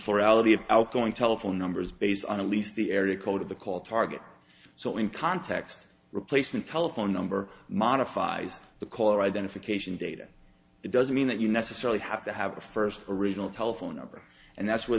plurality of outgoing telephone numbers based on a least the eric code of the call target so in context replacement telephone number modifies the caller identification data it doesn't mean that you necessarily have to have a first original telephone number and that's where